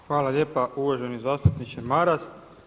Hvala lijepa uvaženi zastupniče Maras.